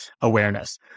awareness